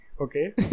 Okay